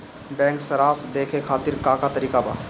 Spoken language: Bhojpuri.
बैंक सराश देखे खातिर का का तरीका बा?